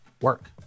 work